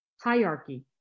hierarchy